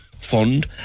fund